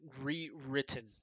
rewritten